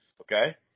okay